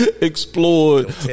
explored